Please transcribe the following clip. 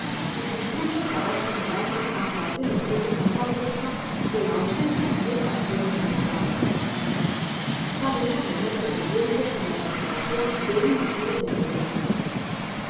sus impulsos arrastran el alma hácia aquel objeto con tal fuerza que a ausencia liega á ser insoportable tal era mi anhelo ferviente por la conservacion de uno solo de aquellos hombres